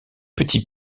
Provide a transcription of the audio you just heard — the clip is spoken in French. petit